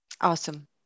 Awesome